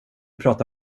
prata